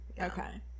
Okay